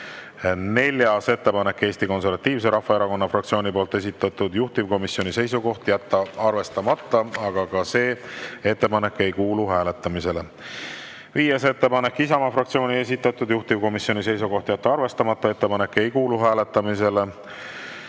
Neljas ettepanek on Eesti Konservatiivse Rahvaerakonna fraktsiooni esitatud, juhtivkomisjoni seisukoht on jätta arvestamata. Ka see ettepanek ei kuulu hääletamisele. Viies ettepanek, Isamaa fraktsiooni esitatud, juhtivkomisjoni seisukoht on jätta arvestamata. Ettepanek ei kuulu hääletamisele.